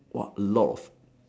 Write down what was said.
!wah! a lot of